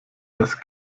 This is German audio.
das